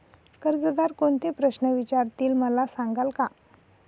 कर्जदार कोणते प्रश्न विचारतील, मला सांगाल का?